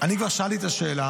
אני כבר שאלתי את השאלה,